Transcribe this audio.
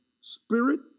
Spirit